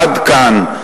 עד כאן.